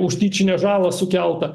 už tyčinę žalą sukeltą